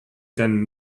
ten